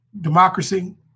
democracy